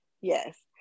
Yes